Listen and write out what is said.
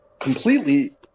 completely